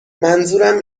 منظورم